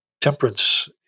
Temperance